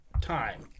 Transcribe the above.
time